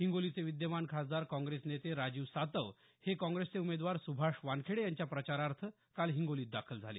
हिंगोलीचे विद्यमान खासदार काँग्रेस नेते राजीव सातव हे काँग्रेसचे उमेदवार सुभाष वानखेडे यांच्या प्रचारार्थ काल हिंगोलीत दाखल झाले